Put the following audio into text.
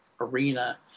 arena